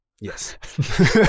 Yes